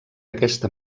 aquesta